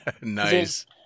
Nice